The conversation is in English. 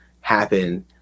happen